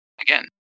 again